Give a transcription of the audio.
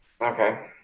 Okay